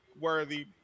worthy